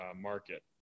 market